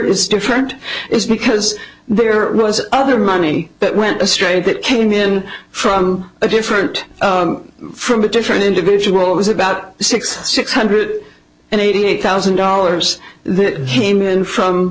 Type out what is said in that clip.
is different is because there was other money that went astray that came in from a different from a different individual was about six six hundred and eighty eight thousand dollars this came in from